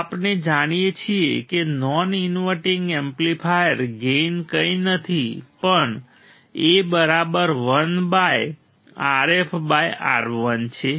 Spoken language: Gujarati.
તો આપણે જાણીએ છીએ કે નોન ઇન્વર્ટિંગ એમ્પ્લીફાયર ગેઇન કંઈ નથી પણ A1 બાય RfRI છે